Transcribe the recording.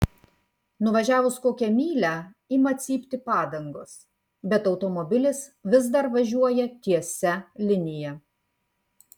nuvažiavus kokią mylią ima cypti padangos bet automobilis vis dar važiuoja tiesia linija